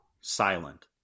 silent